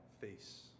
face